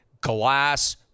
glass